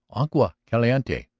agua caliente.